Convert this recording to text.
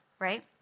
right